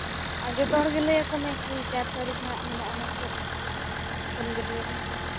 ᱟᱨ ᱡᱚᱛᱚ ᱦᱚᱲᱜᱮ ᱞᱟᱹᱭ ᱟᱠᱚ ᱢᱮ ᱠᱤ ᱪᱟᱨ ᱛᱟᱹᱨᱤᱠᱷ ᱨᱮ ᱢᱮᱱᱟᱜᱼᱟ ᱢᱮᱱᱛᱮ ᱥᱳᱞᱜᱟᱹᱰᱭᱟᱹ ᱨᱮ